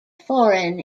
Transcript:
foreign